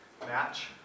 match